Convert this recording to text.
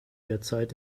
derzeit